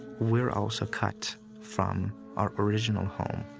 we're also cut from our original home,